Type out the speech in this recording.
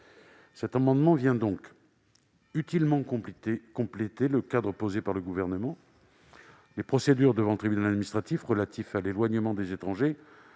Cette mesure vient donc utilement compléter le cadre posé par le Gouvernement. Les procédures devant le tribunal administratif relatives à l'éloignement des étrangers,